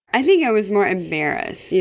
i think i was more embarrassed. yeah